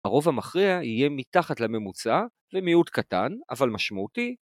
הרוב המכריע יהיה מתחת לממוצע למיעוט קטן, אבל משמעותי.